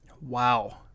Wow